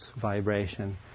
vibration